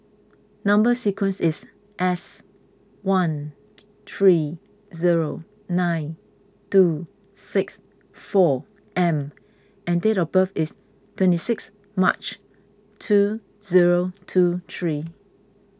Number Sequence is S one three zero nine two six four M and date of birth is twenty sixth March two zero two three